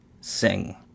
sing